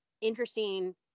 interesting